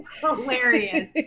hilarious